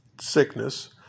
sickness